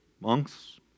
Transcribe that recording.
monks